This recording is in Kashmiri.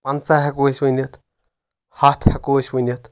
پنٛژاہ ہؠکو أسۍ ؤنِتھ ہتھ ہؠکو أسۍ ؤنِتھ